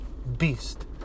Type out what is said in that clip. beast